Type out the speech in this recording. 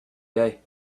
day